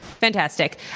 Fantastic